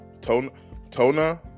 Tona